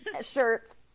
shirts